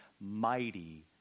mighty